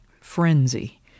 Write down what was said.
frenzy